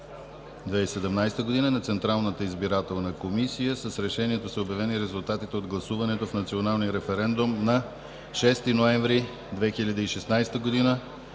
2017 г. на Централната избирателна комисия. С Решението са обявени резултатите от гласуването в Националния референдум на 6 ноември 2016 г.,